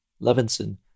Levinson